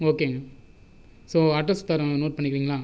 ஓகேங்க so address தரேன் note பண்ணிக்கிறிங்களா